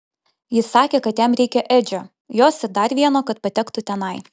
jis sakė kad jam reikia edžio jos ir dar vieno kad patektų tenai